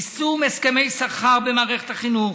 יישום הסכמי שכר במערכת החינוך,